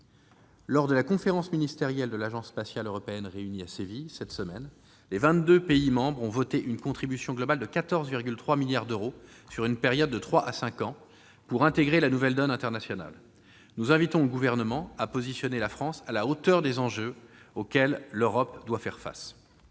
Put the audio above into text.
Lors de la conférence ministérielle de l'Agence spatiale européenne réunie à Séville cette semaine, les vingt-deux pays membres ont voté une contribution globale de 14,3 milliards d'euros sur une période de trois à cinq ans pour intégrer la nouvelle donne internationale. Nous invitons le Gouvernement à positionner la France à la hauteur des enjeux auxquels l'Europe doit faire face.